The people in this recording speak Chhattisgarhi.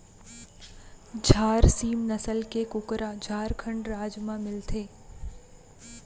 झारसीम नसल के कुकरा झारखंड राज म मिलथे